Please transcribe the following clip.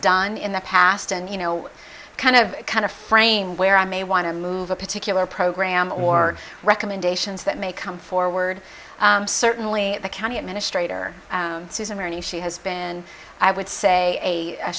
done in the past and you know kind of kind of frame where i may want to move a particular program or recommendations that may come forward certainly the county administrator says i'm ready she has been i would say a